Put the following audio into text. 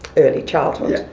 early childhood. yeah